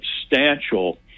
substantial